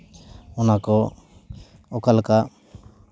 ᱚᱱᱟ ᱠᱚ ᱚᱠᱟ ᱞᱮᱠᱟ